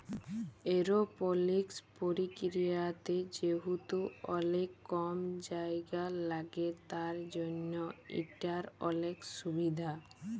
এরওপলিকস পরকিরিয়াতে যেহেতু অলেক কম জায়গা ল্যাগে তার জ্যনহ ইটর অলেক সুভিধা